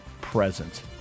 present